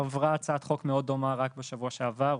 עברה הצעת חוק מאוד דומה רק בשבוע שעבר,